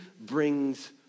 brings